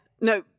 No